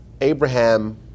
Abraham